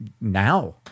now